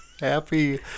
happy